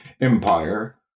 empire